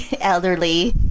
elderly